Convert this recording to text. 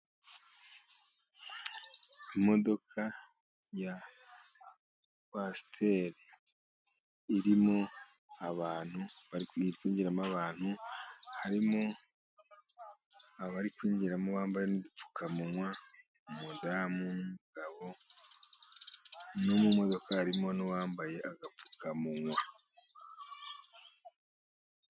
Imodoka ya kowasiteri irimo abantu bari ,iri kwinjiramo abantu ,harimo abari kwinjiramo bambaye n'udupfukamunwa ,umudamu ,umugabo no mu modoka harimo n'uwambaye agapfukamunwa.